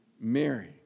Mary